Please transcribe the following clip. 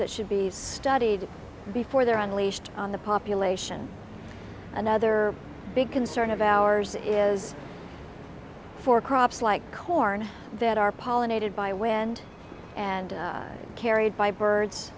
that should be studied before they're unleashed on the population another big concern of ours is for crops like corn that are pollinated by wind and carried by birds